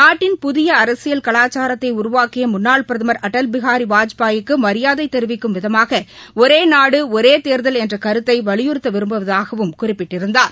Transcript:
நாட்டின் புதிய அரசியல் கலாச்சாரத்தை உருவாக்கிய முன்னாள் பிரதமர் அடல் பிகாரி வாஜ்பாய் க்கு மாியாதை தெரிவிக்கும் விதமாக ஒரே நாடுகள ஒரே தேர்தல் என்ற கருத்தை வலியுறுத்த விரும்புவதாகவும் குறிப்பிட்டிருந்தார்